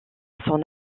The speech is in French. son